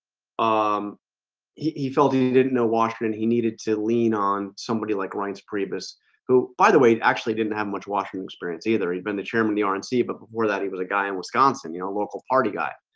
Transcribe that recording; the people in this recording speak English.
um he he felt he and didn't know washington. he needed to lean on somebody like reince priebus who by the way it actually didn't have much washington experience either he'd been the chairman the ah and rnc but before that he was a guy in wisconsin, you know, local party guy